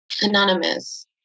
Anonymous